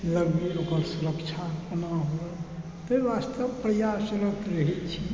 लगबी ओकर सुरक्षा कोना होय ताहि वास्ते प्रयासरत रहै छी